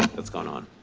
that's going on.